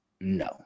No